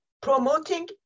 promoting